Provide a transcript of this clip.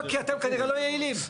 כי אתם כנראה לא יעילים.